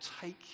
take